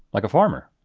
like a farmer.